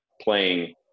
playing